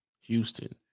Houston